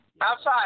Outside